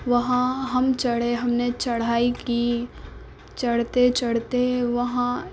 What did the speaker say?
وہاں ہم چڑھے ہم نے چڑھائی کی چڑھتے چڑھتے وہاں